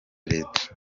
leta